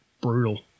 brutal